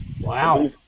Wow